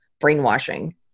brainwashing